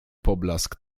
poblask